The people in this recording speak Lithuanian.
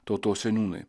tautos seniūnai